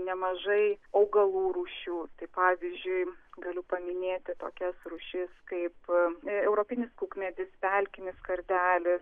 nemažai augalų rūšių tai pavyzdžiui galiu paminėti tokias rūšis kaip europinis kukmedis pelkinis kardelis